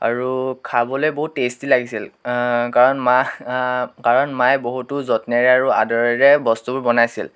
আৰু খাবলৈ বহুত টেষ্টি লাগিছিল কাৰণ মা কাৰণ মায়ে বহুতো যত্নৰে আৰু আদৰেৰে বস্তুবোৰ বনাইছিল